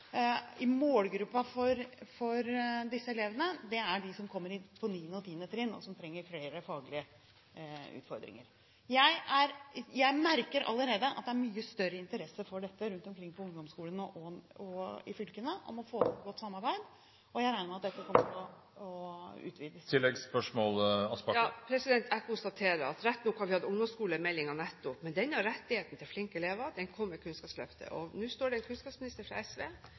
i målgruppen for disse elevene, er dem som kommer på 9. og 10. trinn, og som trenger flere faglige utfordringer. Jeg merker allerede at det er mye større interesse rundt omkring på ungdomsskolene og i fylkene for å få til et godt samarbeid, og jeg regner med at dette kommer til å utvides. Jeg konstaterer at rett nok har vi hatt ungdomsskolemeldingen nettopp, men denne rettigheten til flinke elever kom med Kunnskapsløftet. Nå er det en kunnskapsminister fra SV